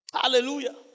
Hallelujah